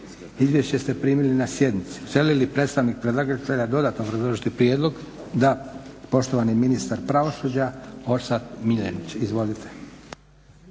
Izvješća ste primili na sjednici. Želi li predstavnik predlagatelja dodatno obrazložiti prijedlog? Da. Poštovani ministar pravosuđa ministar Orsat MIljenić. Izvolite.